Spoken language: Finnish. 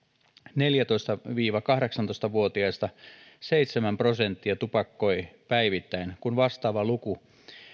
neljätoista viiva kahdeksantoista vuotiaista seitsemän prosenttia tupakoi päivittäin kun vastaava luku